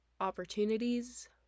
opportunities